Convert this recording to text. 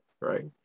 right